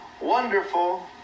wonderful